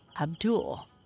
Abdul